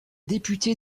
député